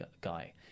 guy